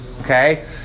Okay